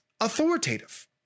authoritative